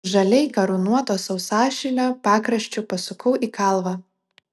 žaliai karūnuoto sausašilio pakraščiu pasukau į kalvą